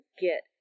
get